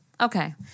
Okay